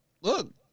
look